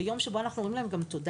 זה יום שבו אנחנו גם אומרים להם תודה.